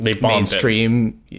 mainstream